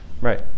Right